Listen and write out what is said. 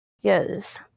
Yes